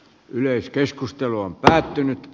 yleiskeskustelu on päättynyt